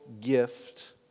gift